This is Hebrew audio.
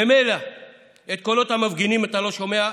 ממילא את כל אותם מפגינים אתה לא שומע,